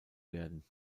werden